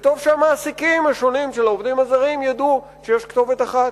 וטוב שהמעסיקים השונים של העובדים הזרים ידעו שיש כתובת אחת,